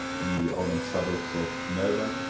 in the outer suburbs of melbourne,